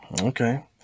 Okay